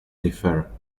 differ